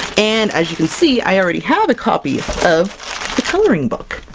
and as you can see i already have a copy of the coloring book,